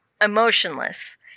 emotionless